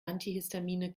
antihistamine